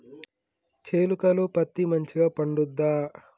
చేలుక లో పత్తి మంచిగా పండుద్దా?